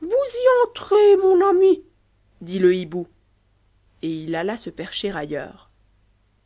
vous y entrez mon ami dit le hibou et il alla se percher ailleurs